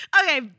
Okay